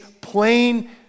plain